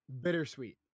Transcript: bittersweet